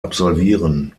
absolvieren